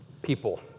People